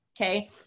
Okay